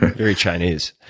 very chinese.